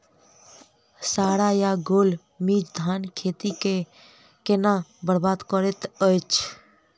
साढ़ा या गौल मीज धान केँ खेती कऽ केना बरबाद करैत अछि?